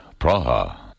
Praha